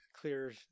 clear